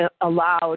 allowed